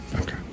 Okay